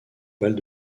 balles